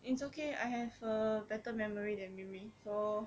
it's okay I have a better memory than 妹妹 so